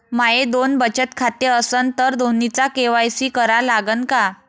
माये दोन बचत खाते असन तर दोन्हीचा के.वाय.सी करा लागन का?